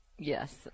Yes